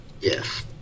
Yes